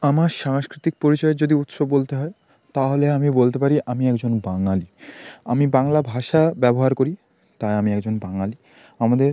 আমার সাংস্কৃতিক পরিচয়ের যদি উৎস বলতে হয় তাহলে আমি বলতে পারি আমি একজন বাঙালি আমি বাংলা ভাষা ব্যবহার করি তাই আমি একজন বাঙালি আমাদের